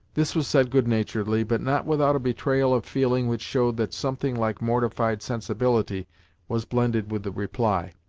this was said good naturedly, but not without a betrayal of feeling which showed that something like mortified sensibility was blended with the reply.